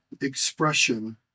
expression